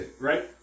Right